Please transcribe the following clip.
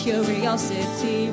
Curiosity